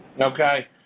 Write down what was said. Okay